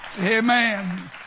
Amen